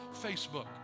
Facebook